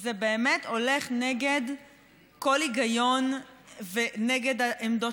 זה באמת הולך נגד כל היגיון ונגד העמדות